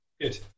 Good